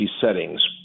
settings